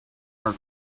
our